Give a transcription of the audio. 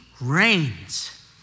reigns